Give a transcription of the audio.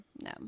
no